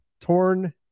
torn